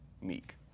Meek